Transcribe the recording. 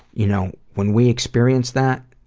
you know, when we experience that,